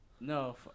No